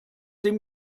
dem